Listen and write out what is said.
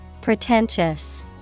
Pretentious